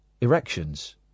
erections